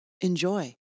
Enjoy